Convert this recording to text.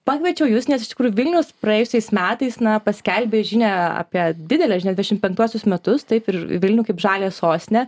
pakviečiau jus nes iš tikrųjų vilnius praėjusiais metais na paskelbė žinią apie didelę žinią devyniasdešimt penktuosius metus taip ir vilnių kaip žaliąją sostinę